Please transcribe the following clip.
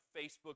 Facebook